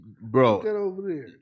Bro